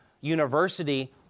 university